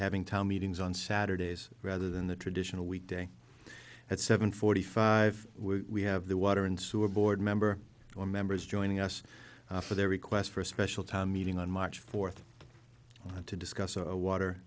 having town meetings on saturdays rather than the traditional weekday at seven forty five we have the water and sewer board member or members joining us for their request for a special town meeting on march fourth to discuss our water